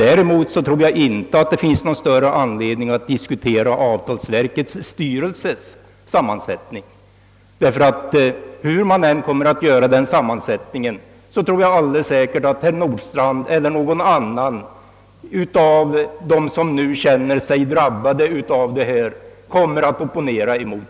Däremot tror jag inte att det finns någon större anledning att diskutera avtalsverkets styrelses sammansättning, därför att hurdan man än gör denna sammansättning, kommer alldeles säkert herr Nordstrandh eller någon annan av dem som nu känner sig drabbade att opponera sig.